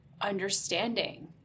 understanding